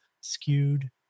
skewed